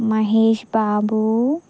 Mahesh Babu